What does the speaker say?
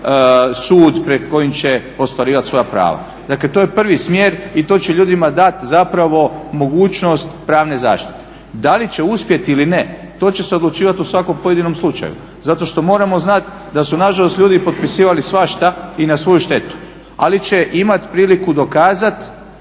sud pred kojim će ostvarivati svoja prava. Dakle to je prvi smjer i to će ljudima dat zapravo mogućnost pravne zaštite. Da li će uspjet ili ne, to će se odlučivat u svakom pojedinom slučaju zato što moramo znat da su nažalost ljudi potpisivali svašta i na svoju štetu, ali će imat priliku dokazat